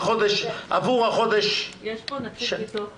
עבור החודש --- יש פה נציג ביטוח לאומי.